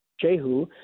Jehu